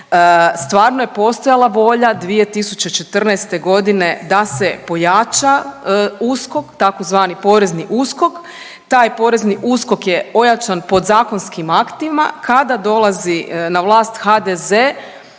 stvarno je postojala volja 2014. godine da se pojača USKOK, tzv. porezni USKOK, taj porezni USKOK je ojačan pod zakonskim aktima kada dolazi na vlast HDZ